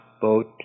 boat